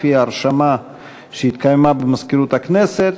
לפי הרשמה שהתקיימה במזכירות הכנסת.